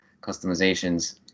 customizations